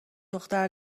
دختر